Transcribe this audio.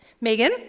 Megan